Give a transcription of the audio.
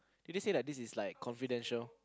did they say like this is like confidential